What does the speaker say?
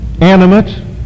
animate